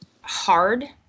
hard